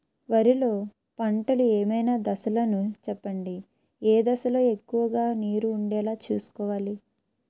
వరిలో పంటలు ఏమైన దశ లను చెప్పండి? ఏ దశ లొ ఎక్కువుగా నీరు వుండేలా చుస్కోవలి?